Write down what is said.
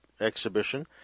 exhibition